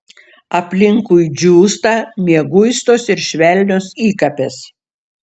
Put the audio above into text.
aplinkui džiūsta mieguistos ir švelnios įkapės